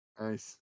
Nice